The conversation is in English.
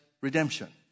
redemption